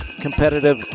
competitive